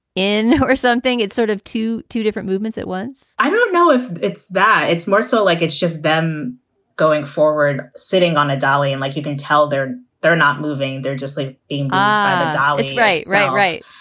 in or something. it's sort of to two different movements at once i don't know if it's that. it's so like it's just them going forward sitting on a dolly and like, you can tell they're they're not moving. they're just like in ah dallas. right. right. right,